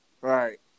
Right